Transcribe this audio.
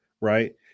right